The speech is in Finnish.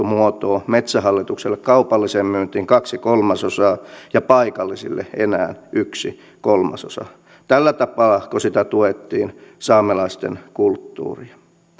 muotoon metsähallitukselle kaupalliseen myyntiin kaksi kolmasosaa ja paikallisille enää yksi kolmasosa tälläkö tapaa sitä tuettiin saamelaisten kulttuuria